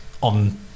on